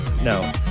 No